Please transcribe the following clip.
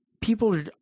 people